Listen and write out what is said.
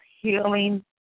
healing